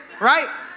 right